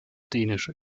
dänische